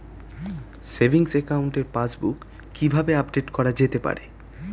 Savings একাউন্টের passbook কি কিভাবে আপডেট করা যেতে পারে?